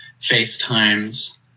facetimes